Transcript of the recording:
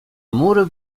mury